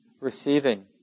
receiving